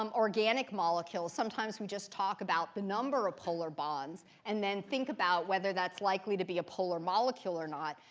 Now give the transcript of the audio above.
um organic molecules, sometimes we just talk about the number of polar bonds and then think about whether that's likely to be a polar molecule or not.